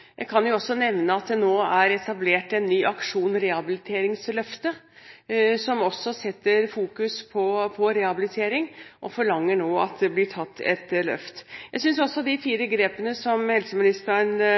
Jeg kan også nevne at det nå er etablert en ny aksjon, Rehabiliteringsløftet, som fokuserer på rehabilitering, og som forlanger at det nå blir tatt et løft. Jeg synes at de